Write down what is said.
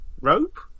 Rope